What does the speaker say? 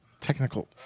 technical